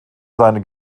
seine